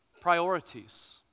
priorities